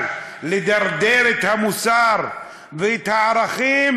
אבל לדרדר את המוסר ואת הערכים,